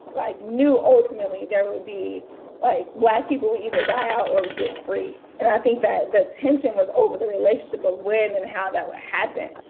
like knew ultimately there would be like black people would either die out or get free. and i think the tension was over the relationship of when and how that would happen.